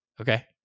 Okay